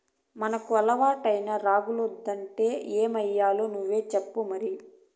మనకు అలవాటైన రాగులొద్దంటే ఏమయ్యాలో నువ్వే సెప్పు మరి